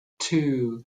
two